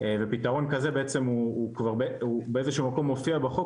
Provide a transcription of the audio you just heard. ופתרון כזה הוא באיזשהו מקום מופיע בחוק,